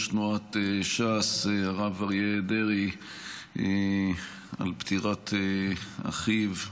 תנועת ש"ס הרב אריה דרעי על פטירת אחיו.